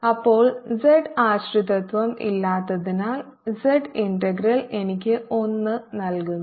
ഇപ്പോൾ z ആശ്രിതത്വം ഇല്ലാത്തതിനാൽ z ഇന്റഗ്രൽ എനിക്ക് 1 നൽകുന്നു